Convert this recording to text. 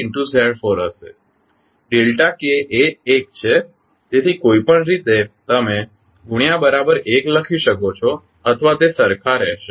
delta k એ 1 છે તેથી કોઈપણ રીતે તમે ગુણ્યા બરાબર 1 લખી શકો છો અથવા તે સરખા રહેશે